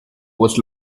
was